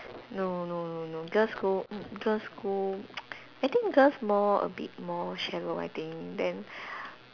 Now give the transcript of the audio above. no no no no girls' school girls' school I think girls more a bit more shallow I think then